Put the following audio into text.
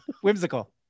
Whimsical